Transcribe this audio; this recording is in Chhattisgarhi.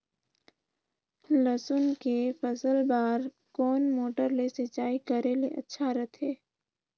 लसुन के फसल बार कोन मोटर ले सिंचाई करे ले अच्छा रथे?